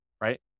right